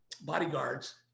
bodyguards